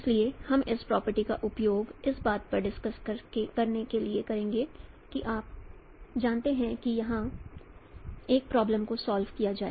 इसलिए हम इस प्रॉपर्टी का उपयोग इस बात पर डिस्कस्ड करने के लिए करेंगे कि आप जानते हैं कि यहां एक प्रॉब्लम को सॉल्व किया जाए